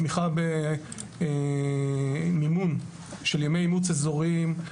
תמיכה במימון של ימי אימוץ אזוריים,